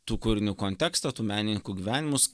tų kūrinių kontekstą tų menininkų gyvenimus